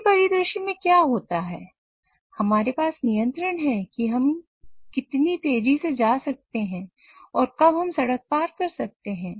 ऐसे परिदृश्य में क्या होता है हमारे पास नियंत्रण है कि हम कितनी तेजी से जा सकते हैं और कब हम सड़क पार कर सकते हैं